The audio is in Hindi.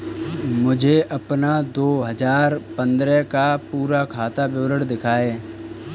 मुझे अपना दो हजार पन्द्रह का पूरा खाता विवरण दिखाएँ?